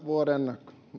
vuoden